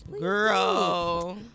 Girl